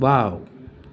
wow